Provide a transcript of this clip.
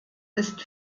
ist